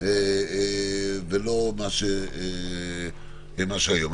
ולא מה שהיום.